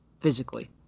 physically